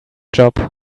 job